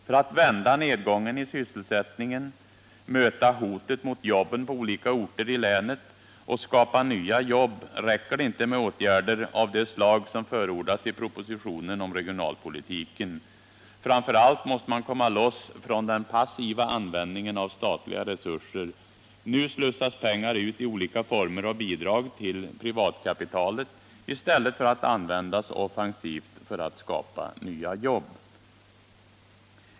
För att vända nedgången i sysselsättningen, möta hotet mot jobben på olika orter i länet och skapa nya jobb räcker det inte med åtgärder av det slag som förordas i propositionen om regionalpolitiken. Framför allt måste man komma loss från den passiva användningen av statliga resurser. Nu slussas pengar ut i olika former av bidrag till privatkapitalet i stället för att användas offensivt för att skapa nya jobb.